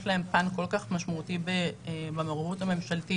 יש להם פן כל כך משמעותי במעורבות הממשלתית,